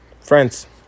Friends